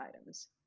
items